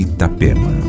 Itapema